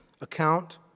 account